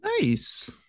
Nice